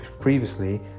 previously